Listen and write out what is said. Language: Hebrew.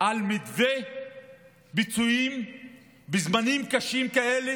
על מתווה ביצועים בזמנים קשים כאלה?